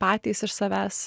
patys iš savęs